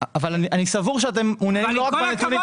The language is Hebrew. אבל אני סבור שאתם מעוניינים לא רק בנתונים.